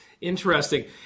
Interesting